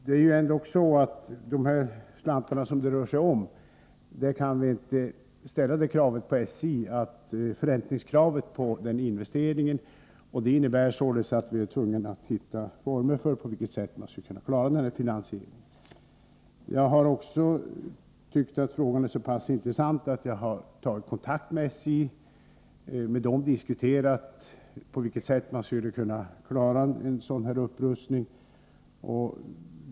Med tanke på de slantar som det rör sig om och på förräntningskravet på investeringen kan vi inte kräva att SJ ensamt skall stå för upprustningen. Det innebär att vi är tvungna att hitta former för att klara finansieringen. Jag har också tyckt att frågan är så intressant att jag har tagit kontakt med företrädare för SJ och med dem diskuterat på vilket sätt man skulle kunna klara den aktuella upprustningen.